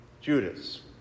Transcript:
Judas